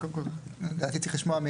קודם כל לדעתי צריך לשמוע,